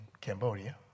Cambodia